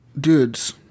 dudes